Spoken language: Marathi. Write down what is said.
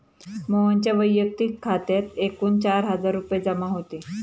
मोहनच्या वैयक्तिक खात्यात एकूण चार हजार रुपये जमा होते